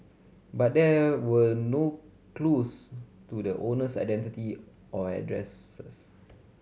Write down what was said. but there were no clues to the owner's identity or addresses